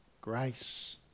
grace